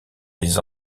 les